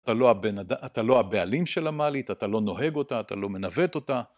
אתה לא הבעלים של המעלית, אתה לא נוהג אותה, אתה לא מנווט אותה.